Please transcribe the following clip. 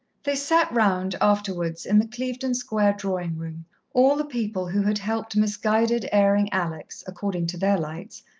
they sat round, afterwards, in the clevedon square drawing-room all the people who had helped misguided, erring alex, according to their lights,